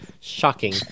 shocking